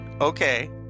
Okay